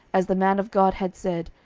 as the man of god had said,